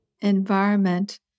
environment